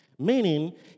meaning